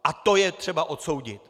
A to je třeba odsoudit.